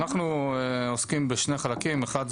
אנחנו עוסקים בשני חלקים: אחד,